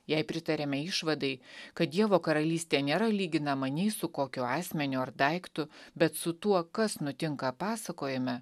jei pritariame išvadai kad dievo karalystė nėra lyginama nei su kokiu asmeniu ar daiktu bet su tuo kas nutinka pasakojime